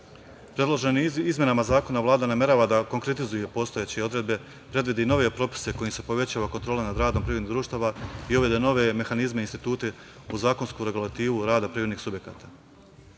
firme. Predloženim izmenama Zakona Vlada namerava da konkretizuje postojeće odredbe, predvidi nove propise kojim se povećava kontrola nad radom privrednih društava i uvede nove mehanizme i institute u zakonsku regulativu rada privrednih subjekata.